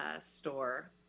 store